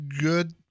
good